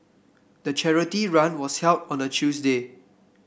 the charity run was held on a Tuesday